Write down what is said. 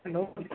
hello